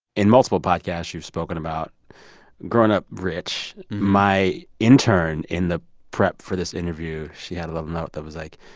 in multiple podcasts, you've spoken about growing up rich. my intern, in the prep for this interview, she had a little note that was like,